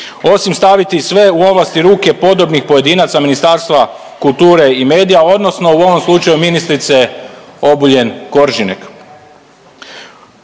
osim staviti sve u ovlasti u ruke podobnih pojedinaca Ministarstva kulture i medija, odnosno u ovom slučaju ministrice Obuljen Koržinek.